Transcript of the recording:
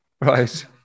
Right